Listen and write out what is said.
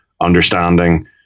understanding